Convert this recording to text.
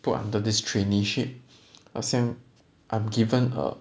put under this traineeship 好像 I'm given a